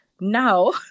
Now